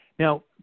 Now